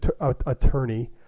attorney